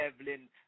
Evelyn